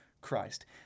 Christ